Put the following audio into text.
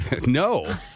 No